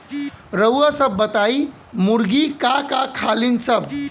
रउआ सभ बताई मुर्गी का का खालीन सब?